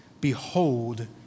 Behold